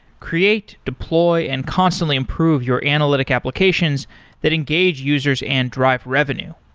create, deploy and constantly improve your analytic applications that engage users and drive revenue.